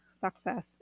success